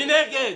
6 נגד,